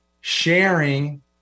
sharing